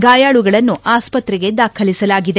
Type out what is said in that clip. ಗಾಯಾಳುಗಳನ್ನು ಆಸ್ಪತ್ರೆಗೆ ದಾಖಲಿಸಲಾಗಿದೆ